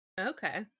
okay